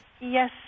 Yes